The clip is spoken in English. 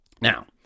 now